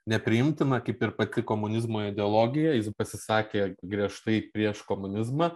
nepriimtina kaip ir pati komunizmo ideologija jis pasisakė griežtai prieš komunizmą